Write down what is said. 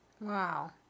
Wow